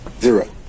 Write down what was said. Zero